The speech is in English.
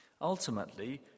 Ultimately